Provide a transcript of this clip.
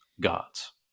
gods